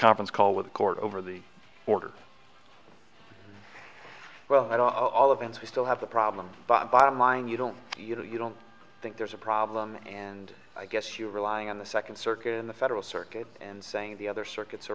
conference call with the court over the order well i'll ovens we still have the problem but bottom line you don't you know you don't think there's a problem and i guess you're relying on the second circuit in the federal circuit and saying the other circuits